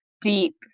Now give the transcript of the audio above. deep